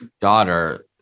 daughter